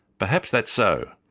perhaps that's so,